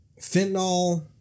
fentanyl